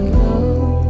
love